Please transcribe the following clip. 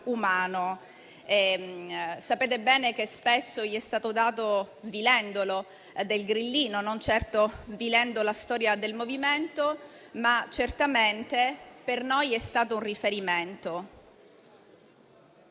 Sapete bene che spesso gli è stato dato, svilendolo, del grillino, non certo svilendo la storia del MoVimento, ma certamente per noi è stato un riferimento.